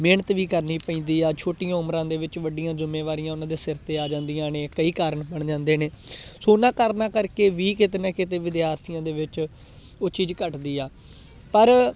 ਮਿਹਨਤ ਵੀ ਕਰਨੀ ਪੈਂਦੀ ਆ ਛੋਟੀਆਂ ਉਮਰਾਂ ਦੇ ਵਿੱਚ ਵੱਡੀਆਂ ਜ਼ਿੰਮੇਵਾਰੀਆਂ ਉਹਨਾਂ ਦੇ ਸਿਰ 'ਤੇ ਆ ਜਾਂਦੀਆਂ ਨੇ ਕਈ ਕਾਰਨ ਬਣ ਜਾਂਦੇ ਨੇ ਸੋ ਉਹਨਾਂ ਕਾਰਨਾਂ ਕਰਕੇ ਵੀ ਕਿਤੇ ਨਾ ਕਿਤੇ ਵਿਦਿਆਰਥੀਆਂ ਦੇ ਵਿੱਚ ਉਹ ਚੀਜ਼ ਘੱਟਦੀ ਆ ਪਰ